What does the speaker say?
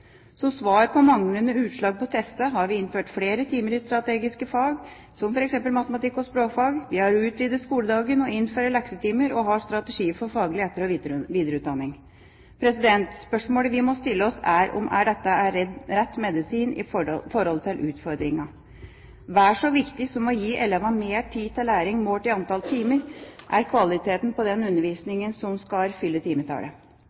Som svar på manglende utslag på tester, har vi innført flere timer i strategiske fag som f.eks. matematikk og språkfag. Vi har utvidet skoledagen, innfører leksetimer og har strategi for faglig etter- og videreutdanning. Spørsmålet vi må stille oss, er om dette er rett medisin til utfordringen. Vel så viktig som å gi elevene mer tid til læring målt i antall timer, er kvaliteten på den undervisningen som skal fylle timetallet.